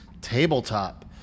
tabletop